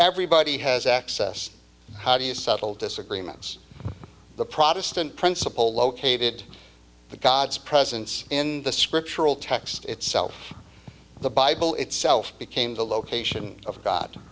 everybody has access how do you settle disagreements the protestant principle located the god's presence in the scriptural text itself the bible itself became the location of god